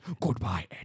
Goodbye